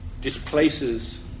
displaces